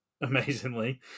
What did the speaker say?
amazingly